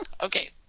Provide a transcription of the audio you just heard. Okay